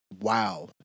wow